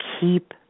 keep